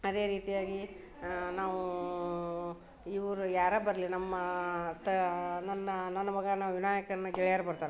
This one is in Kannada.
ಅದೇ ರೀತಿಯಾಗಿ ನಾವೂ ಇವರು ಯಾರೇ ಬರಲಿ ನಮ್ಮ ಅತ್ತ ನನ್ನ ನನ್ನ ಮಗನ ವಿನಾಯಕನ ಗೆಳೆಯರು ಬರ್ತಾರೆ